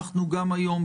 גם היום,